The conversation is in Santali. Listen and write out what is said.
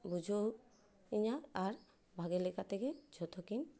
ᱵᱩᱡᱷᱟᱹᱣᱤᱧᱟᱹ ᱟᱨ ᱵᱷᱟᱜᱮ ᱞᱮᱠᱟ ᱛᱮᱜᱮ ᱡᱷᱚᱛᱚ ᱠᱤᱱ